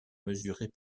mesurée